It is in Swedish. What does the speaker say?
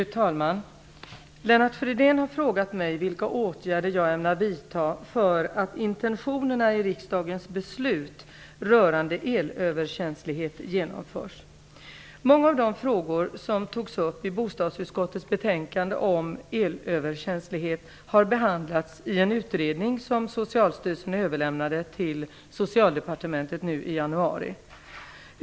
Fru talman! Lennart Fridén har frågat mig vilka åtgärder jag ämnar vidta för att intentionerna i riksdagens beslut rörande elöverkänslighet genomförs. Många av de frågor som togs upp i bostadsutskottets betänkande om elöverkänslighet har behandlats i en utredning som Socialstyrelsen överlämnade till Socialdepartementet nu i januari.